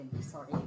sorry